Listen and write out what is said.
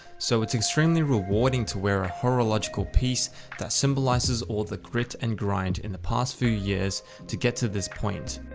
so it's extremely rewarding to wear a horological piece that symbolizes all the grit and grind in the past few years to get to this point.